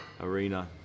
arena